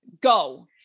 Go